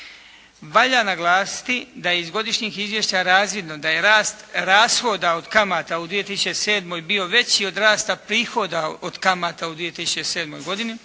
Valja naglasiti da je iz godišnjih izvješća razvidno da je rast rashoda od kamata u 2007. bio veći od rasta prihoda od kamata u 2007. godini